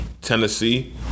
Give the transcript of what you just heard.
Tennessee